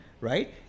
right